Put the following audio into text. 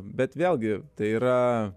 bet vėlgi tai yra